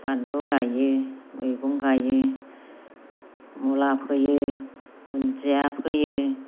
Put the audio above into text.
बानलु गायो मैगं गायो मुला फोयो दुन्दिया फोयो